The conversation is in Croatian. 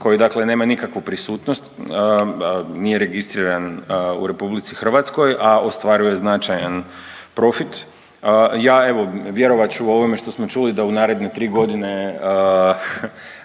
koji dakle nema nikakvu prisutnost, nije registriran u RH, a ostvaruje značajan profit. Ja evo vjerovat ću ovome što smo čuli da u naredne 3.g.,